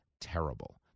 terrible